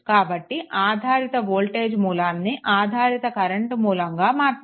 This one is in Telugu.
కాబట్టి ఆధారిత వోల్టేజ్ మూలాన్ని ఆధారిత కరెంట్ మూలంగా మార్చాము